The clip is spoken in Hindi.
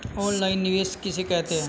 ऑनलाइन निवेश किसे कहते हैं?